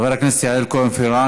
חברת הכנסת יעל כהן-פארן,